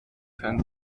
fan